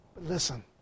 Listen